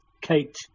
Kate